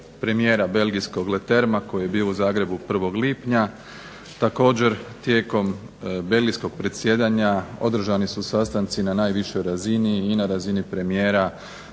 premijera belgijskog Letermea koji je bio u Zagrebu 1. lipnja. Također, tijekom belgijskog predsjedanja održani su sastanci na najvišoj razini i na razini premijera,